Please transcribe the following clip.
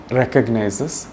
recognizes